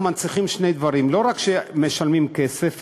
אנחנו מנציחים שני דברים: לא רק שמשלמים כסף,